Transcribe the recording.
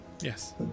Yes